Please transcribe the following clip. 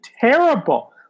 terrible